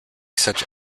such